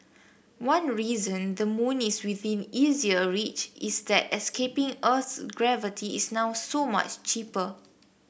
one reason the moon is within easier reach is that escaping earth's gravity is now so much cheaper